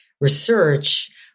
research